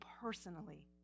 personally